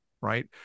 right